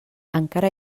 encara